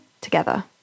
together